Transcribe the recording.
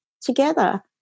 together